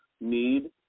need